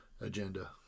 agenda